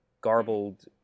garbled